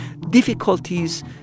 Difficulties